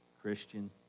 Christian